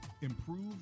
Improve